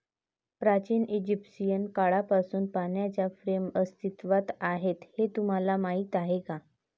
प्राचीन इजिप्शियन काळापासून पाण्याच्या फ्रेम्स अस्तित्वात आहेत हे तुम्हाला माहीत आहे का?